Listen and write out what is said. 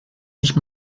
nicht